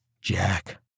Jack